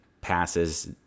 passes